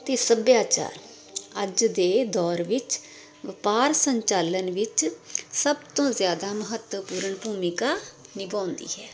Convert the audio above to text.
ਅਤੇ ਸੱਭਿਆਚਾਰ ਅੱਜ ਦੇ ਦੌਰ ਵਿੱਚ ਵਪਾਰ ਸੰਚਾਲਨ ਵਿੱਚ ਸਭ ਤੋਂ ਜ਼ਿਆਦਾ ਮਹੱਤਵਪੂਰਨ ਭੂਮਿਕਾ ਨਿਭਾਉਂਦੀ ਹੈ